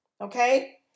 okay